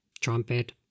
trumpet